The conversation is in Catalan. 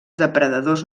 depredadors